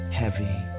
heavy